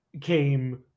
came